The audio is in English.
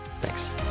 Thanks